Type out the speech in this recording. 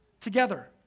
together